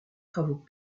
travaux